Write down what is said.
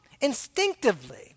instinctively